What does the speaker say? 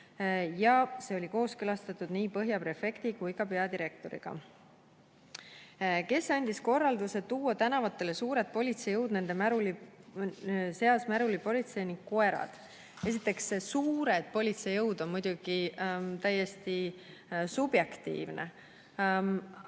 ja see oli kooskõlastatud nii Põhja prefekti kui ka peadirektoriga. Kolmandaks: "Kes andis korralduse tuua tänavatele suured politseijõud nende seas märulipolitsei ning koerad?" Esiteks, "suured politseijõud" on muidugi täiesti subjektiivne